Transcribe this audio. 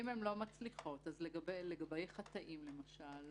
אם הן לא מצליחות אז לגבי חטאים למשל,